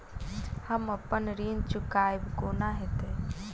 हम अप्पन ऋण चुकाइब कोना हैतय?